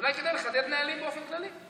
אז אולי כדאי לחדד נהלים באופן כללי.